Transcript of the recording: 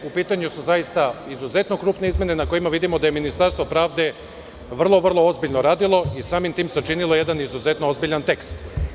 U pitanju su zaista izuzetno krupne izmene na kojima vidimo da je Ministarstvo pravde vrlo ozbiljno radilo i samim tim sačinilo jedan izuzetno ozbiljan tekst.